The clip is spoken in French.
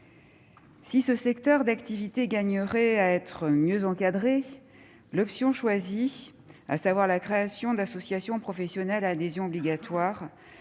Ce secteur d'activité gagnerait à être mieux encadré, mais l'option choisie, à savoir la création d'associations professionnelles à adhésion obligatoire,